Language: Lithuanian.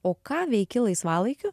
o ką veiki laisvalaikiu